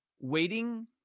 Waiting